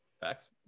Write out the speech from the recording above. facts